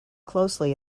closely